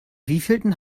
wievielten